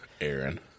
Aaron